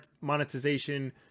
monetization